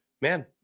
man